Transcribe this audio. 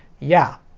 yeah.